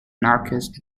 anarchists